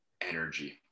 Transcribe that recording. energy